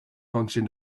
function